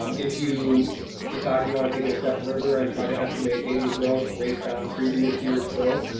um if you decide you wanna take it a step further and try to estimate daily growth based on previous year's growth,